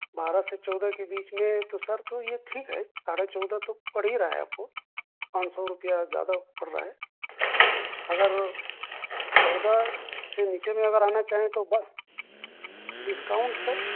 بارہ سے چودہ کے بیچ میں تو سر تو یہ ٹھیک ہے ساڑھے چودہ تو پڑ ہی رہا ہے آپ کو پان سو روپیہ زیادہ پڑ رہا ہے اگر چودہ سے نیچے میں اگر آنا چاہیں تو بس ڈسکاؤنٹ سر